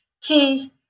key